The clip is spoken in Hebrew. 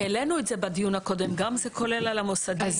העלנו את זה בדיון הקודם, זה כולל את המוסדות.